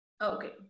Okay